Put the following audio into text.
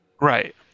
Right